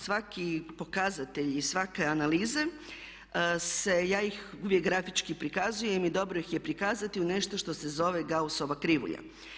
Svaki pokazatelj i svake analize se, ja ih uvijek grafički prikazujem i dobro ih je prikazati u nešto što se zove Gaussova krivulja.